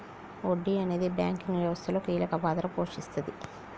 వడ్డీ అనేది బ్యాంకింగ్ వ్యవస్థలో కీలక పాత్ర పోషిస్తాది